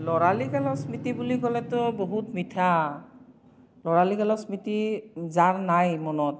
ল'ৰালিকালৰ স্মৃতি বুলি ক'লেতো বহুত মিঠা ল'ৰালিকালৰ স্মৃতি যাৰ নাই মনত